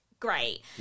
great